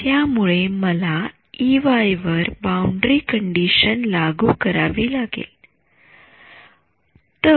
त्यामुळे मला इवाय वर बाउंडरी कंडिशन लागू करावी लागेल ओके